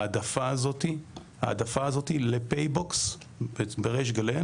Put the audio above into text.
ההעדפה הזאת לפייבוקס בריש גלי.